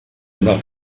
una